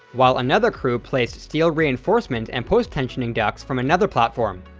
while another crew placed steel reinforcement and post-tensioning ducts from another platform.